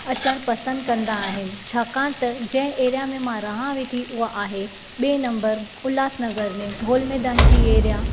अचणु पसंदि कंदा आहिनि छाकाणि त जिंहिं एरिया में मां रहां वेठी उह आहे ॿे नबंरु उल्हासनगर में गोल मैदान जी एरिया